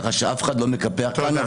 כך שאף אחד לא מקפח כאן.